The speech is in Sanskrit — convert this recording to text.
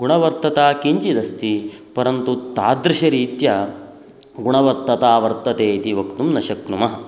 गुणवत्तता किञ्चिदस्ति परन्तु तादृशरीत्या गुणवत्तता वर्तते इति वक्तुं न शक्नुमः